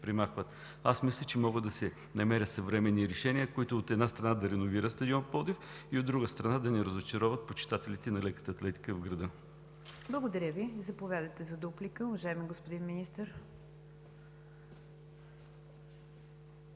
премахват. Мисля, че могат да се намерят съвременни решения, които, от една страна, да реновират стадион „Пловдив“ и, от друга страна, да не разочароват почитателите на леката атлетика в града. ПРЕДСЕДАТЕЛ НИГЯР ДЖАФЕР: Благодаря Ви. Заповядайте за дуплика, уважаеми господин Министър.